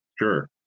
sure